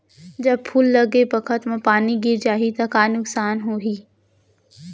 जब फूल लगे बखत म पानी गिर जाही त का नुकसान होगी?